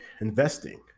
investing